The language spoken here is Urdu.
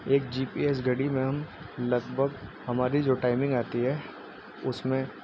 ایک جی پی ایس گھڑی میں ہم لگ بھگ ہماری جو ٹائمنگ آتی ہے اس میں